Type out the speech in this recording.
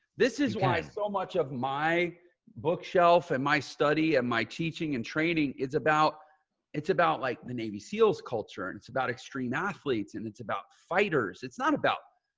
this is why so much of my bookshelf and my study and my teaching and training. it's about it's about like the navy seals culture, and it's about extreme athletes. and it's about fighters. it's not about,